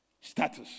status